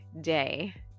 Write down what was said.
day